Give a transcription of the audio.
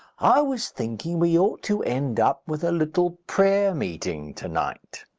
i was thinking we ought to end up with a little prayer-meeting to-night.